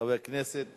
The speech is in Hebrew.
חבר הכנסת